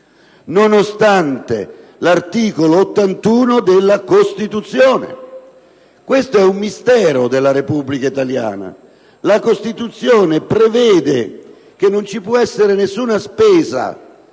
recita l'articolo 81 della Costituzione. Questo è un mistero della Repubblica italiana: la Costituzione prevede che non ci possa essere nessuna spesa